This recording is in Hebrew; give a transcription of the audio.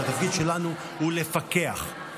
והתפקיד שלנו הוא לפקח,